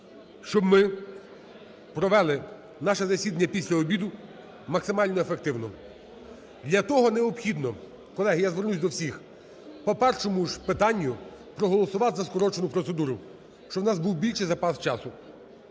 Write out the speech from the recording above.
щоб ми провели наше засідання після обіду максимально ефективно. Для того необхідно, колеги, я звернусь до всіх, по першому ж питанню проголосувати за скорочену процедуру, щоб у нас був більший запас часу.